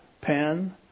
pen